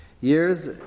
years